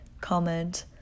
comment